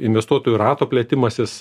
investuotojų rato plėtimasis